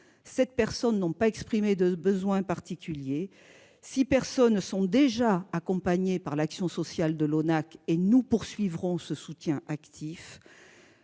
sept personnes n'ont pas exprimé de besoin particulier ; six personnes sont déjà accompagnées par le service d'action sociale de l'ONACVG- nous poursuivrons ce soutien actif -